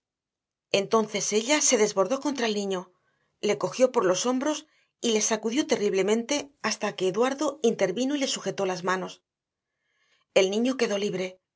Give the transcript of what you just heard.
entonces ella se desbordó contra el niño le cogió por los hombros y le sacudió terriblemente hasta que eduardo intervino y le sujetó las manos el niño quedó libre